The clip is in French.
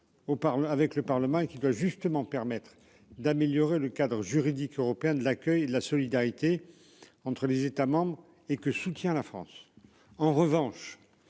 avec le Parlement et qui doit justement permettre d'améliorer le cadre juridique européen de l'accueil et de la solidarité entre les États membres et que soutient la France